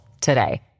today